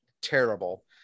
terrible